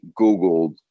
Googled